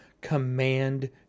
Command